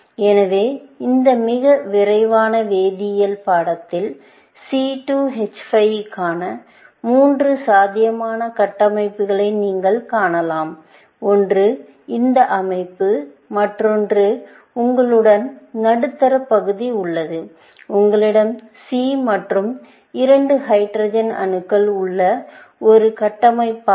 எனவே இந்த மிக விரைவான வேதியியல் பாடத்தில் C2 H5 க்கான மூன்று சாத்தியமான கட்டமைப்புகளை நீங்கள் காணலாம் ஒன்று இந்த அமைப்பு மற்றொன்று உங்களிடம் நடுத்தர பகுதி உள்ளது உங்களிடம் C மற்றும் 2 ஹைட்ரஜன் அணுக்கள் உள்ள ஒரு கட்டமைப்பாகும்